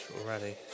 already